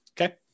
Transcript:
Okay